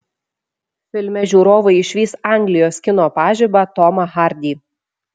filme žiūrovai išvys anglijos kino pažibą tomą hardy